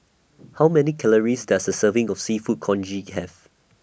How Many Calories Does A Serving of Seafood Congee Have